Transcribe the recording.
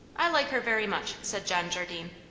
i like her very much, said john jardine.